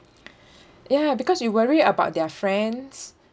ya because you worry about their friends